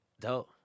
Dope